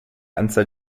anzahl